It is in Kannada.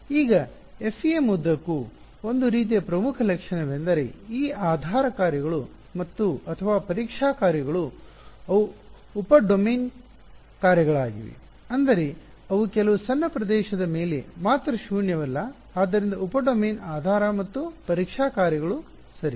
ಈಗ FEM ಉದ್ದಕ್ಕೂ ಒಂದು ರೀತಿಯ ಪ್ರಮುಖ ಲಕ್ಷಣವೆಂದರೆ ಈ ಆಧಾರ ಕಾರ್ಯಗಳು ಅಥವಾ ಪರೀಕ್ಷಾ ಕಾರ್ಯಗಳು ಅವು ಉಪ ಡೊಮೇನ್ ಕಾರ್ಯಗಳಾಗಿವೆ ಅಂದರೆ ಅವು ಕೆಲವು ಸಣ್ಣ ಪ್ರದೇಶದ ಮೇಲೆ ಮಾತ್ರ ಶೂನ್ಯವಲ್ಲ ಆದ್ದರಿಂದ ಉಪ ಡೊಮೇನ್ ಆಧಾರ ಮತ್ತು ಪರೀಕ್ಷಾ ಕಾರ್ಯಗಳು ಸರಿ